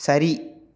சரி